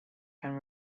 can